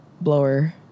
blower